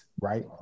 right